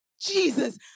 Jesus